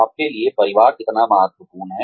आपके लिए परिवार कितना महत्वपूर्ण है